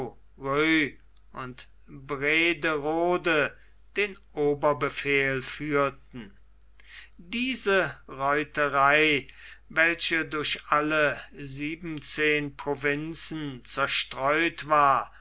und brederode den oberbefehl führten diese reiterei welche durch alle siebzehn provinzen zerstreut war